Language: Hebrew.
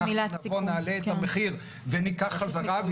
אנחנו נעלה את המחיר וניקח חזרה,